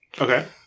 Okay